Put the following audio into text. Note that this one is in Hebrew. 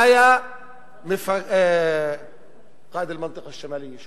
זה היה קאא'ד אל-מנטקה אל-שמאליה.